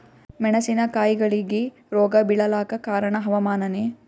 ಮೆಣಸಿನ ಕಾಯಿಗಳಿಗಿ ರೋಗ ಬಿಳಲಾಕ ಕಾರಣ ಹವಾಮಾನನೇ?